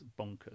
bonkers